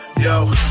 Yo